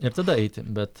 ir tada eiti bet